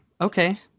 okay